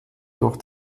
durch